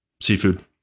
seafood